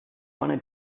wanna